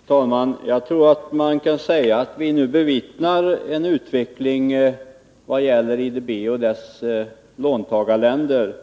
Fru talman! Jag tror att man kan säga att vi nu bevittnar en utveckling vad gäller IDB och dess låntagarländer